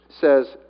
says